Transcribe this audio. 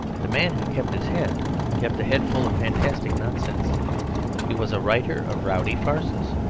the man who kept his head kept a head full of fantastic nonsense he was a writer of rowdy farces,